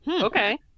okay